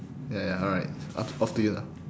ya ya alright up off to you lah